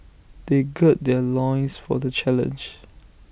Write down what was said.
they gird their loins for the challenge